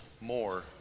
more